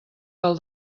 del